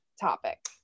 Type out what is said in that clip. topic